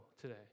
today